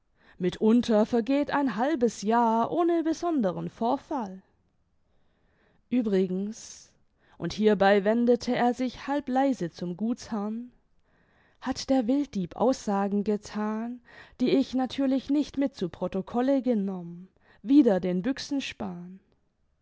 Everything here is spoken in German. mitunter vergeht ein halbes jahr ohne besonderen vorfall uebrigens und hierbei wendete er sich halb leise zum gutsherrn hat der wilddieb aussagen gethan die ich natürlich nicht mit zu protocolle genommen wider den